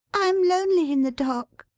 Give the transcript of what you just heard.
i am lonely in the dark.